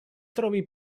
trovi